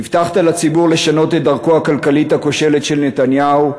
7. הבטחת לציבור לשנות את דרכו הכלכלית הכושלת של נתניהו,